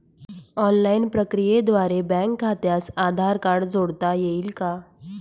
Online प्रक्रियेद्वारे bank खात्यास Aadhaar card जोडता येईल का?